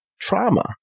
trauma